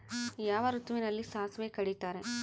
ಯಾವ ಋತುವಿನಲ್ಲಿ ಸಾಸಿವೆ ಕಡಿತಾರೆ?